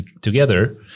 together